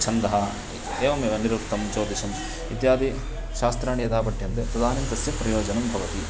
छन्दः एवमेव निरुक्तं ज्योतिषम् इत्यादि शास्त्राणि यदा पठ्यन्ते तदानीं तस्य प्रयोजनं भवति